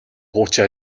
хуучин